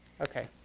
Okay